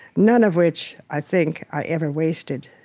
none of which, i think, i ever wasted.